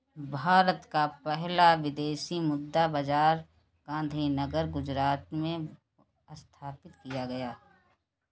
भारत का पहला विदेशी मुद्रा बाजार गांधीनगर गुजरात में स्थापित किया गया है